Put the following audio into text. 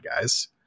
guys